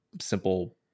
simple